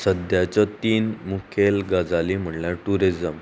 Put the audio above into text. सद्याच्यो तीन मुखेल गजाली म्हळ्यार ट्युरिजम